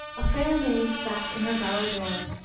a fair maid sat in her bower door,